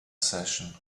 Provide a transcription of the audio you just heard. session